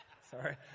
sorry